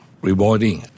rewarding